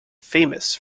famous